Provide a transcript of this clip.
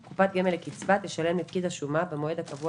(ב) קופת גמל לקצבה תשלם לפקיד השומה במועד הקבוע